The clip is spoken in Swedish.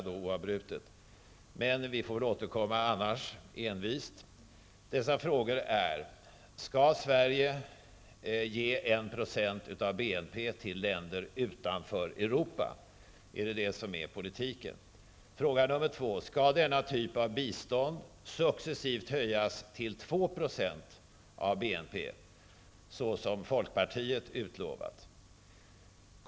Men annars får vi envist återkomma. Frågorna är följande: 1. Skall Sverige ge en procent av BNP till länder utanför Europa? Är det det som är politiken? 2. Skall denna typ av bistånd successivt höjas till två procent av BNP, såsom folkpartiet utlovat? 3.